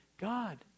God